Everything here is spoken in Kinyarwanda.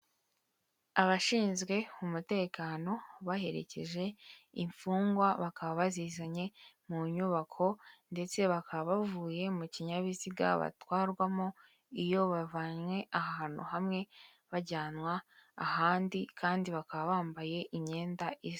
Abashinzwe umutekano baherekeje imfungwa bakaba bazizanye mu nyubako, ndetse bakaba bavuye mu kinyabiziga batwarwamo iyo bavanywe ahantu hamwe bajyanwa ahandi kandi bakaba bambaye imyenda isa.